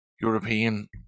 european